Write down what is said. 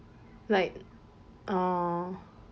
like oh